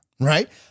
right